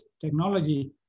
technology